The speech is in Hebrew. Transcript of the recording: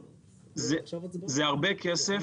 זה הרבה כסף.